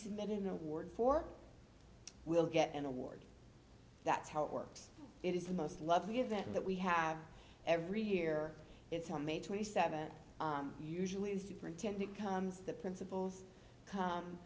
submit an award for will get an award that's how it works it is the most lovely event that we have every year it's on may twenty seventh usually the superintendent becomes the principals